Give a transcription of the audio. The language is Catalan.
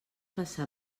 passar